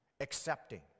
Accepting